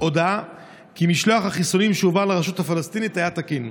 הודעה כי משלוח החיסונים שהועבר לרשות הפלסטינית היה תקין.